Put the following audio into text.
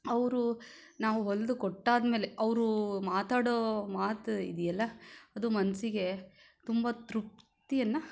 ಅವರು ನಾವು ಹೊಲಿದು ಕೊಟ್ಟಾದ ಮೇಲೆ ಅವರು ಮಾತಾಡೋ ಮಾತು ಇದೆಯಲ್ಲ ಅದು ಮನಸ್ಸಿಗೆ ತುಂಬ ತೃಪ್ತಿಯನ್ನು